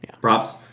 Props